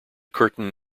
curtain